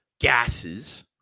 gases